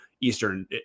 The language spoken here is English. Eastern